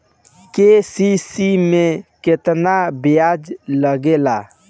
KCC में केतना ब्याज लगेला?